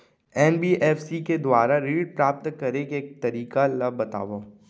NBFC के दुवारा ऋण प्राप्त करे के तरीका ल बतावव?